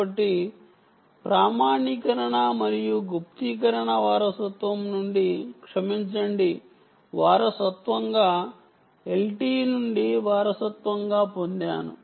కాబట్టి ప్రామాణీకరణ మరియు గుప్తీకరణ వారసత్వం నుండి క్షమించండి వారసత్వంగా LTE నుండి వారసత్వంగా పొందాను